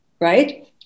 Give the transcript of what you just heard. Right